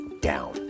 down